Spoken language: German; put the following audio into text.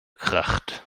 kracht